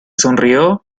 sonrió